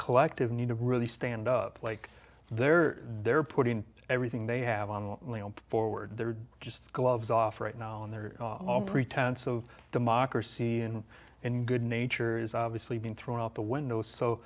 collective need to really stand up like they're they're putting everything they have on what leo put forward they're just gloves off right now and they're all pretense of democracy and in good nature is obviously been thrown out the window so